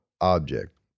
object